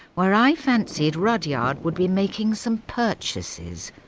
where i fancied rudyard would be making some purchases.